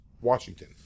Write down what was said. Washington